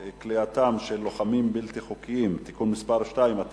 כליאתם של לוחמים בלתי חוקיים (תיקון מס' 2),